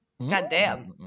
Goddamn